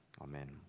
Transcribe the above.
amen